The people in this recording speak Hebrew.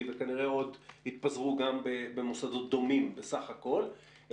וכנראה עוד יתפזרו במקומות דומים בסך הכול,